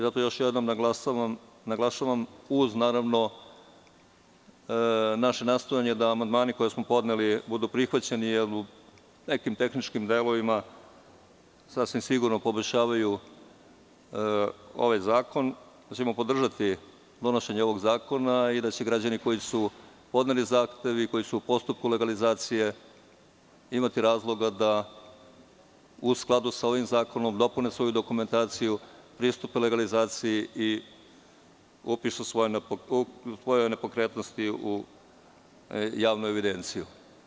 Zato još jednom naglašavam, naravno, uz naše nastojanje da amandmani koje smo podneli budu prihvaćeni, jer u nekim tehničkim delovima sasvim sigurno poboljšavaju ovaj zakon, da ćemo podržati donošenje ovog zakona i da će građani koji su podneli zahtev i koji su u postupku legalizacije imati razloga da, u skladu sa ovim zakonom, dopune svoju dokumentaciju, pristupe legalizaciji i upišu svoje nepokretnosti u javnu evidenciju.